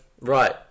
Right